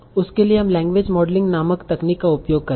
उसके लिए हम लैंग्वेज मॉडलिंग नामक तकनीक का उपयोग करेंगे